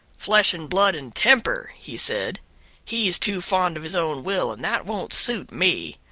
flesh and blood and temper, he said he's too fond of his own will, and that won't suit me.